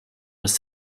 was